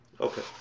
Okay